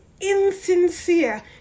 insincere